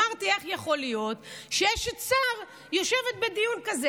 אמרתי: איך יכול להיות שאשת שר יושבת בדיון כזה?